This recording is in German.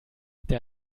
der